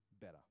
better